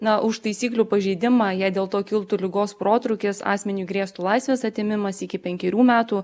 na už taisyklių pažeidimą jei dėl to kiltų ligos protrūkis asmeniui grėstų laisvės atėmimas iki penkerių metų